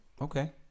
Okay